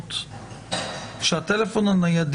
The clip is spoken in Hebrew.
התקנות שהטלפון הנייד